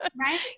Right